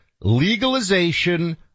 legalization